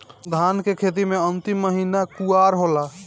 धान के खेती मे अन्तिम महीना कुवार होला?